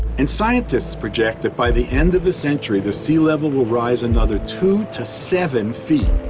and scientists project that, by the end of the century, the sea level will rise another two to seven feet,